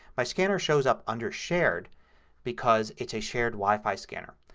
my scanner shows up under shared because it's a shared wifi scanner.